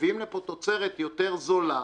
מביאות לפה תוצרת יותר זולה.